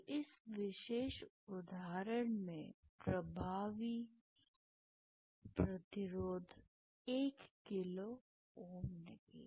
तो इस विशेष उदाहरण में प्रभावी प्रतिरोध 1 किलो Ω निकला